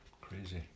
Crazy